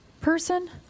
person